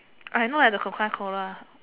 I know at the Coca-Cola